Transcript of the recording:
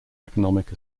economic